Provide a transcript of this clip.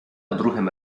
odruchem